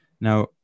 Now